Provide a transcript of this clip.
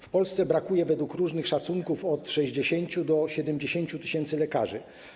W Polsce brakuje według różnych szacunków od 60 do 70 tys. lekarzy.